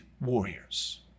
warriors